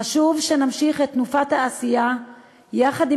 חשוב שנמשיך את תנופת העשייה יחד עם